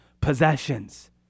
possessions